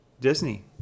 Disney